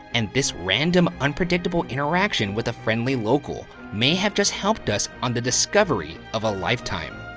and this random, unpredictable interaction with a friendly local may have just helped us on the discovery of a lifetime.